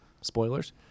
Spoilers